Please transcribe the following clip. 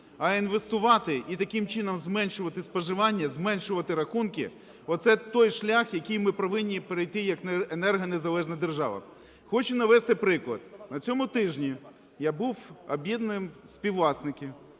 а інвестувати і, таким, чином зменшувати споживання, зменшувати рахунки, оце той шлях, який ми повинні перейти як енергонезалежна держава. Хочу навести приклад. На цьому тижні я був в об'єднанні співвласників